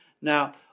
Now